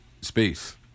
space